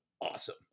awesome